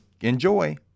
Enjoy